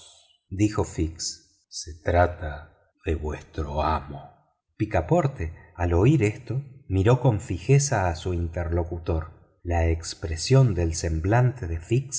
dijo fix se trata de vuestro amo picaporte al oír esto miró con fijeza a su interlocutor la expresión del semblante de fix